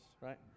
right